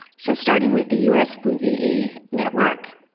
so starting with the us flu ve network,